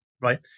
right